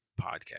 podcast